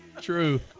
True